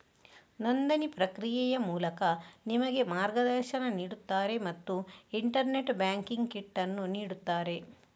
ನೋಂದಣಿ ಪ್ರಕ್ರಿಯೆಯ ಮೂಲಕ ನಿಮಗೆ ಮಾರ್ಗದರ್ಶನ ನೀಡುತ್ತಾರೆ ಮತ್ತು ಇಂಟರ್ನೆಟ್ ಬ್ಯಾಂಕಿಂಗ್ ಕಿಟ್ ಅನ್ನು ನೀಡುತ್ತಾರೆ